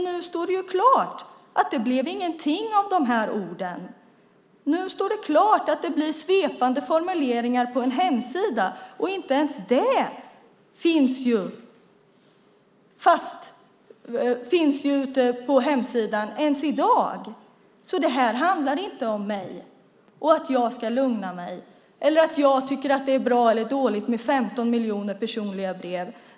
Nu står det klart att det blev ingenting av de här orden. Nu står det klart att det blir svepande formuleringar på en hemsida, och inte ens det finns ute i dag. Det handlar alltså inte om mig och att jag ska lugna mig eller att jag tycker att det är bra eller dåligt med 15 miljoner personliga brev.